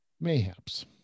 Mayhaps